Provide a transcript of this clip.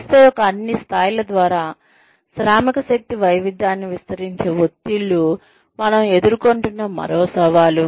సంస్థ యొక్క అన్ని స్థాయిల ద్వారా శ్రామిక శక్తి వైవిధ్యాన్ని విస్తరించే ఒత్తిళ్లు మనం ఎదుర్కొంటున్న మరో సవాలు